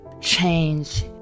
change